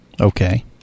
Okay